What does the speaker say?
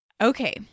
Okay